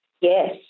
yes